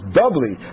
doubly